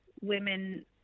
women